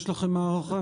יש לכם הערכה?